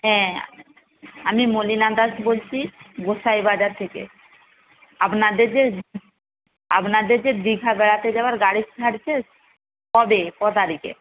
হ্যাঁ আমি মলিনা দাস বলছি গোঁসাইবাজার থেকে আপনাদের যে আপনাদের যে দীঘা বেড়াতে যাওয়ার গাড়ি ছাড়ছে কবে ক তারিখে